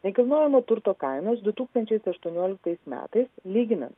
nekilnojamo turto kainos du tūkstančiais aštuonioliktais metais lyginant